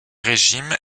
régime